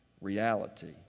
reality